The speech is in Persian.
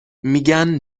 میگن